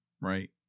Right